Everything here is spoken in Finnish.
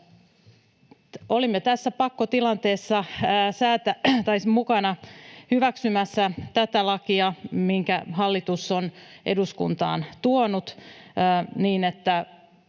Olimme tässä pakkotilanteessa mukana hyväksymässä tätä lakia, minkä hallitus on eduskuntaan tuonut, niin että